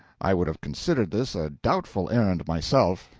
i would have considered this a doubtful errand, myself.